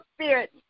spirit